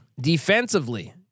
defensively